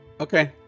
Okay